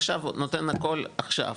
עכשיו נותן הכל עכשיו